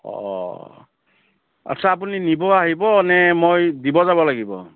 অঁ অঁ আচ্ছা আপুনি নিব আহিব নে মই দিব যাব লাগিব